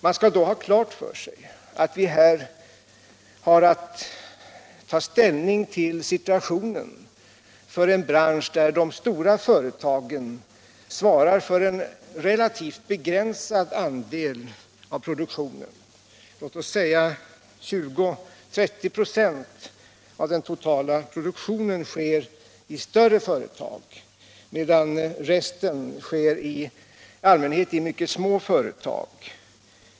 Man skall då ha klart för sig att vi här har att ta ställning till situationen för en bransch där de stora företagen svarar för en relativt begränsad andel av produktionen. Låt mig säga att 20-30 26 av den totala produktionen sker i större företag, medan resten i allmänhet sker i mycket små företag.